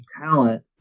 talent